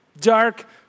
dark